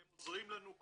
והם עוזרים לנו,